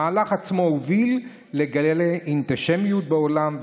המהלך עצמו הוביל לגלי אנטישמיות בעולם,